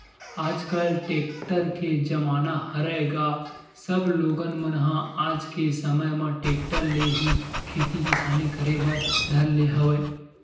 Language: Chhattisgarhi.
आजकल टेक्टर के जमाना हरय गा सब लोगन मन ह आज के समे म टेक्टर ले ही खेती किसानी करे बर धर ले हवय